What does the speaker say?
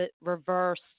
reverse